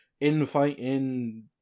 infighting